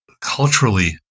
culturally